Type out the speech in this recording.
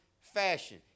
fashion